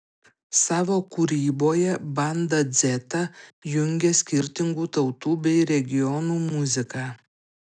savo kūryboje banda dzeta jungia skirtingų tautų bei regionų muziką